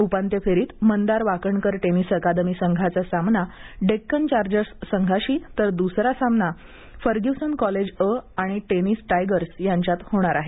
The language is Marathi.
उपांत्य फेरीत मंदार वाकणकर टेनिस अकादमी संघाचा सामना डेक्कन चार्जर्स संघाशी तर दुसरा सामना फर्ग्यूसन कॉलेज अ आणि टेनिस टायगर्स यांच्यात होणार आहे